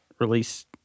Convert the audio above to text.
release